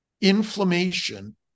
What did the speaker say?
inflammation